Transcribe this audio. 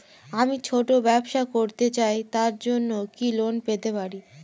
আমি ছোট ব্যবসা করতে চাই তার জন্য কি লোন পেতে পারি?